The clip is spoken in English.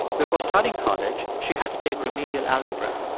before starting college, she had to take remedial algebra.